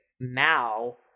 Mao